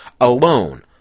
alone